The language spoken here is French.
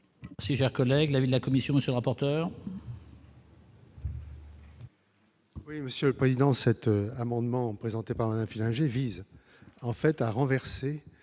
Gère collègues avis de la Commission, monsieur le rapporteur.